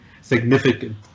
significant